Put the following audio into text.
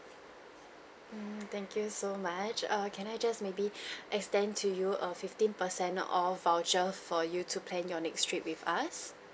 mm thank you so much err can I just maybe extend to you a fifteen percent off voucher for you to plan your next trip with us